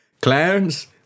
Clowns